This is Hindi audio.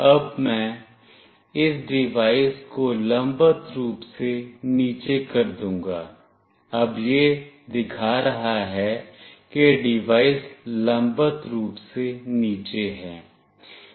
अब मैं इस डिवाइस को लंबवत रूप से नीचे कर दूंगा अब यह दिखा रहा है कि डिवाइस लंबवत रूप से नीचे हैं